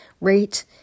rate